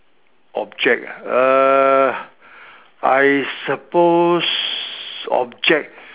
object ah err I suppose object